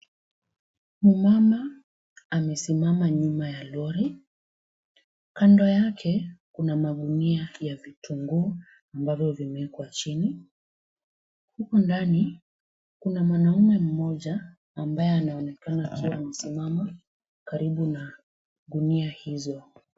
Mmama amesimama nyuma ya lori, kando yake kuna magunia ya vitunguu ambavyo vimewekwa chini. Huku ndani, kuna mwanamme mmoja, ambaye anaonekana kuwa amesimama karibu na gunia hizo.